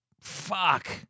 Fuck